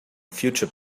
future